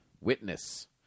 Witness